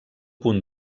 punt